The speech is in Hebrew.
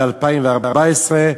ב-2014,